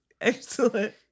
Excellent